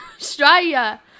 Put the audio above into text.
Australia